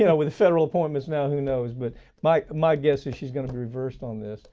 yeah with the federal appointments now, who knows. but my my guess is she's gonna be reversed on this.